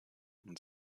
und